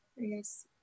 Yes